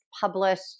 published